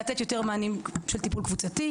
לתת יותר מענים של טיפול קבוצתי.